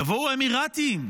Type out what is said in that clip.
יבואו האמירתים,